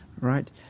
Right